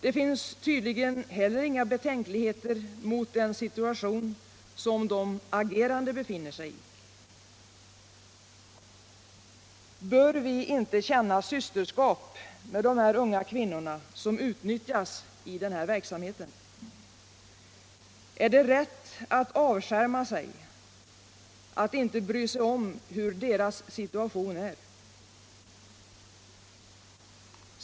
Det finns tydligen heller inga betänkligheter mot den situation de agerande befinner sig i. Bör vi inte känna systerskap med de unga kvinnor som utnyttjas i denna verksamhet? Är det rätt att avskärma sig, att inte bry sig om hur deras situation är?